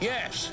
Yes